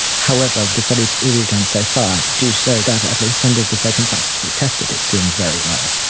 however, the studies we've done so far do show that, at least under the circumstances we've tested, it's doing very well.